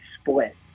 split